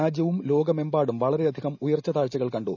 രാജ്യവും ലോകമെമ്പാടും വളരെയധികം ഉയർച്ചതാഴ്ചകൾ കണ്ടു